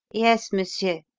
yes, monsieur.